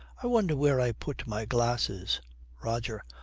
i wonder where i put my glasses roger.